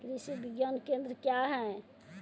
कृषि विज्ञान केंद्र क्या हैं?